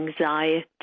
anxiety